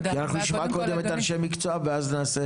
אנחנו נשמע קודם את אנשי המקצוע ואז נעשה